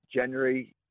January